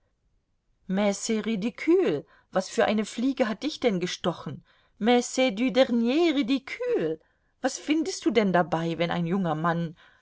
mais c'est ridicule was für eine fliege hat dich denn gestochen mais c'est du dernier ridicule was findest du denn dabei wenn ein junger mann